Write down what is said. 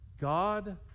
God